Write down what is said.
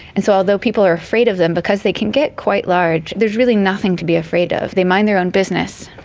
and so although people are afraid of them, because they can get quite large, there's really nothing to be afraid of. their mind their own business.